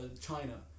China